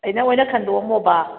ꯑꯩꯅ ꯑꯣꯏꯅ ꯈꯟꯗꯣꯛꯑꯝꯃꯣꯕ